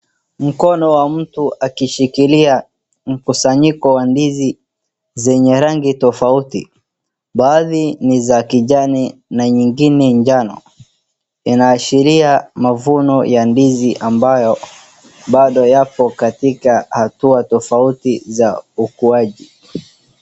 Mkono wa mtu akishikilia mkusanyiko wa ndizi zenye rangi tofauti .Baadhi ni za kijani na nyingine njano inaashira mavuno ya ndizi ambayo bado yapo katika hatua tofautii za ukuaji .